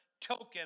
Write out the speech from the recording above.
token